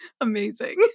Amazing